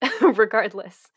regardless